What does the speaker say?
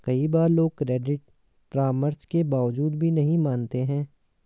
कई बार लोग क्रेडिट परामर्श के बावजूद भी नहीं मानते हैं